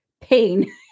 pain